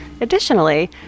Additionally